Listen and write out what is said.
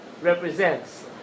represents